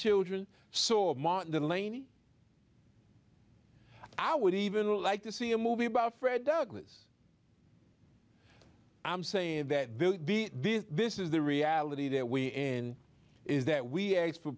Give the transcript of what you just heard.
children saw the laney i would even like to see a movie about fred douglas i'm saying that this is the reality that we're in is that we asked for